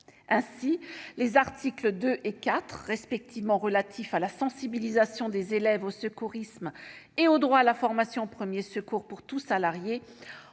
Ainsi, les articles 2 et 4, relatifs respectivement à la sensibilisation des élèves au secourisme et au droit à la formation aux premiers secours pour tout salarié,